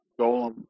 Golem